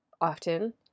often